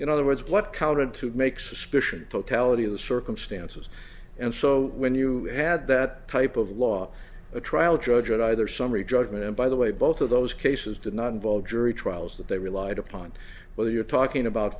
in other words what counted to make suspicion totality of the circumstances and so when you had that type of law a trial judge at either summary judgment and by the way both of those cases did not involve jury trials that they relied upon whether you're talking about